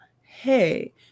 hey